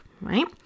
right